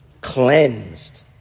cleansed